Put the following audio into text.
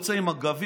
יוצא עם הגביע,